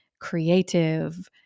creative